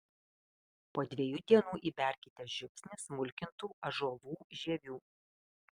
po dviejų dienų įberkite žiupsnį smulkintų ąžuolų žievių